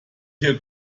hier